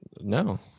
No